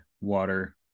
water